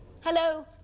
Hello